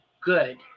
good